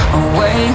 away